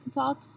talk